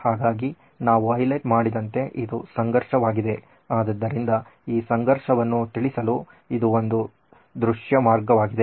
ಹಾಗಾಗಿ ನಾವು ಹೈಲೈಟ್ ಮಾಡಿದಂತೆ ಇದು ಸಂಘರ್ಷವಾಗಿದೆ ಆದ್ದರಿಂದ ಈ ಸಂಘರ್ಷವನ್ನು ತಿಳಿಸಲು ಇದು ಒಂದು ದೃಶ್ಯ ಮಾರ್ಗವಾಗಿದೆ